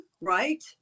right